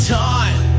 time